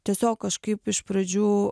tiesiog kažkaip iš pradžių